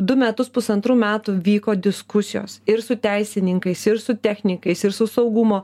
du metus pusantrų metų vyko diskusijos ir su teisininkais ir su technikais ir su saugumo